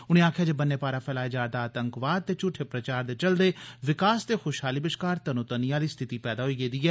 उनें आक्खेआ ब'न्ने पारा फैलाए जा'रदा आतंकवाद ते झूठे प्रचार दे चलदे विकास ते खुषहाली बष्कार तनोतनी आली स्थिति पैदा होई गेदी ऐ